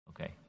Okay